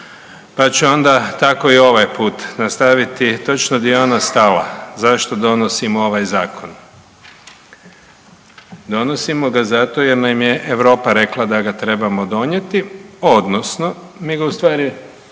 pa ću onda tako i ovaj put nastaviti točno gdje je ona stala zašto donosimo ovaj Zakon. Donosimo ga zato jer nam je Europa rekla da ga trebamo donijeti odnosno mi ustvari